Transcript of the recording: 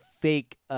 fake